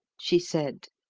she said.